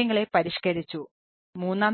നോക്കാം